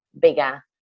bigger